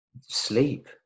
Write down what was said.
sleep